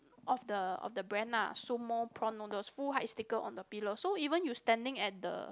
of the of the brand lah sumo prawn noodles full height sticker on the pillar so even if you standing at the